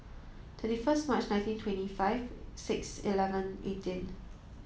thirty first March nineteen twenty five six eleven eighteen